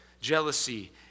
jealousy